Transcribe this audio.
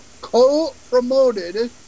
co-promoted